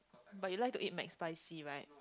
but you like to eat McSpicy right